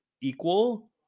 equal